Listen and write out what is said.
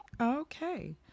okay